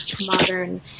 modern